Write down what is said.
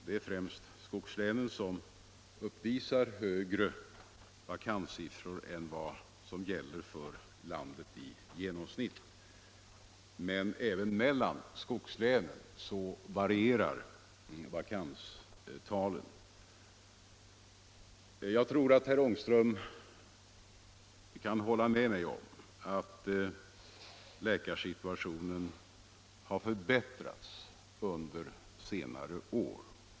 Det är främst skogslänen som uppvisar högre vakanssiffror än vad som gäller för landet i genomsnitt, men även mellan skogslänen varierar vakanstalen. Jag tror att herr Ångström kan hålla med mig om att läkarsituationen har förbättrats under senare år.